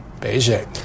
Beijing